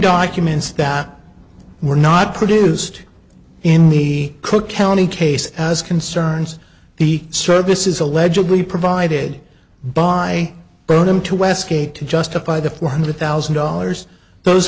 documents that were not produced in the cook county case as concerns the services allegedly provided by bodum to westgate to justify the four hundred thousand dollars those